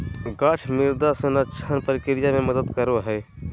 गाछ मृदा संरक्षण प्रक्रिया मे मदद करो हय